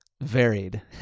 Varied